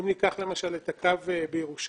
אם ניקח למשל את הקו בירושלים,